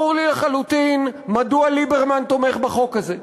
ברור לי לחלוטין מדוע ליברמן תומך בחוק הזה.